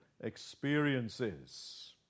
experiences